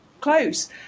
close